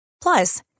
Plus